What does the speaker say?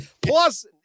Plus